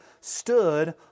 stood